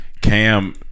Cam